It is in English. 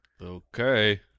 Okay